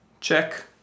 check